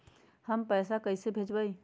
हम पैसा कईसे भेजबई?